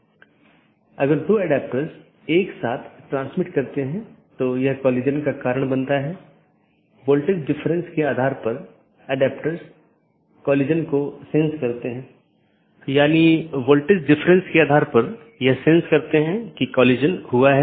इसका मतलब है कि मार्ग इन कई AS द्वारा परिभाषित है जोकि AS की विशेषता सेट द्वारा परिभाषित किया जाता है और इस विशेषता मूल्यों का उपयोग दिए गए AS की नीति के आधार पर इष्टतम पथ खोजने के लिए किया जाता है